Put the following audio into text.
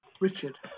Richard